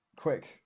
Quick